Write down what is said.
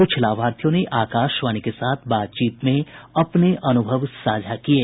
कुछ लाभार्थियों ने आकाशवाणी के साथ बातचीत में अपने अनुभव साझा किये